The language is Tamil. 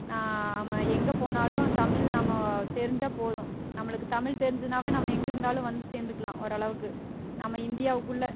நாம் எங்கே போனாலும் தமிழ் நம்ம தெரிஞ்சால் போதும் நம்மளுக்கு தமிழ் தெரிஞ்சிதுனாவே நம்ம எங்கேருந்தாலும் வந்து சேர்ந்துக்குலாம் ஓரளவுக்கு நம்ம இந்தியாவுக்குள்ளே